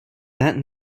that